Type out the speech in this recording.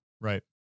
Right